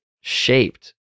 shaped